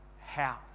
house